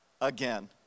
again